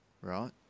right